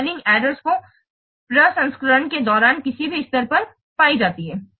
spelling errors जो प्रसंस्करण के दौरान किसी भी स्तर पर पाई जाती हैं